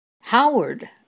Howard